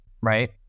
right